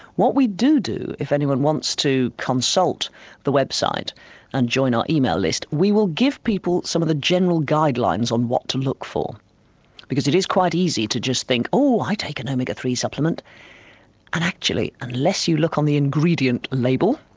what we do, if anyone wants to consult the website and join our email list, we will give people some of the general guidelines on what to look for because it is quite easy to just think oh, i take an omega three supplement, and actually unless you look on the ingredient label,